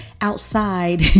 outside